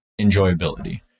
enjoyability